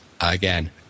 again